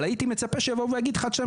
אבל הייתי מצפה שיבוא ויגיד אחת שניים